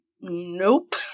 nope